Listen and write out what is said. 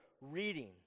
reading